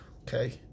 okay